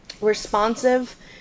responsive